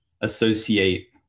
associate